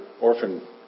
orphan